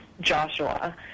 Joshua